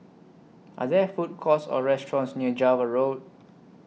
Are There Food Courts Or restaurants near Java Road